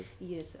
Yes